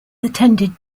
attended